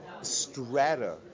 strata